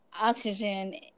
oxygen